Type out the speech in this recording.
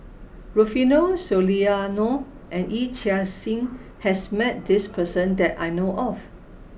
Rufino Soliano and Yee Chia Hsing has met this person that I know of